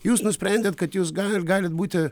jūs nusprendėt kad jūs gal ir galit būti